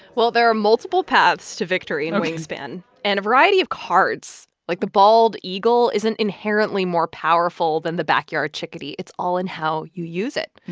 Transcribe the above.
well, there are multiple paths to victory in wingspan and a variety of cards. like, the bald eagle isn't inherently more powerful than the backyard chickadee. it's all in how you use it.